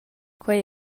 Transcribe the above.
quei